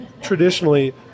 traditionally